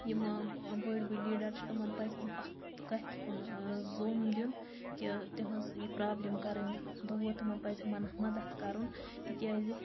یِم بٔڑۍ بٔڑۍ لیٖڈَر چھِ تِمَن پَزِ اتھ کَتھِ کُن زوٚن دیُن کہِ تِہِنٛز یہِ پرابلم کَرٕنۍ دوٗر تمن پَزِ یِمن مَدد کَرُن تکیازِ